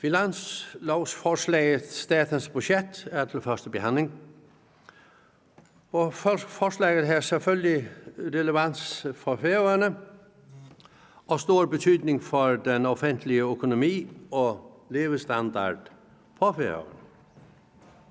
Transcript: Finanslovsforslaget – statens budget – er til første behandling. Forslaget har selvfølgelig relevans for Færøerne og stor betydning for den offentlige økonomi og levestandarden på Færøerne.